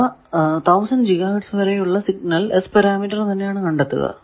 അവ 1000 G Hz വരെയുള്ള സിഗ്നലിൽ S പാരാമീറ്റർ തന്നെയാണ് കണ്ടെത്തുക